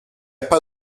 pas